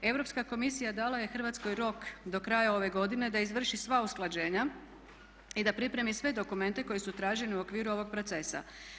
Europska komisija dala je Hrvatskoj rok do kraja ove godine da izvrši sva usklađenja i da pripremi sve dokumente koji su traženi u okviru ovog procesa.